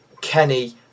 Kenny